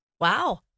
Wow